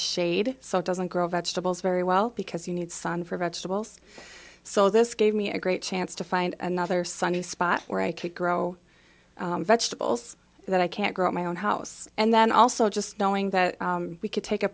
shade so it doesn't grow vegetables very well because you need sun for vegetables so this gave me a great chance to find another sunny spot where i could grow vegetables that i can't grow my own house and then also just knowing that we can take a